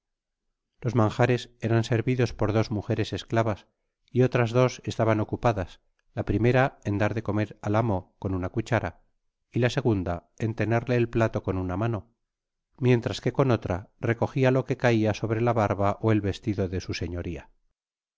los manjares eran servidos por dos mujeres esclavas y otras dos estaban ocupadas la primera en dar de comer al amo con una cuchara y la segunda en tenerle el plato con una mano mientras que con otra recogia lo que caia sobre la barba ó el vestido de su señoria